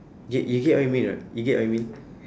get you get what I mean or not you get what I mean